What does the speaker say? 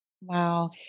Wow